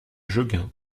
jegun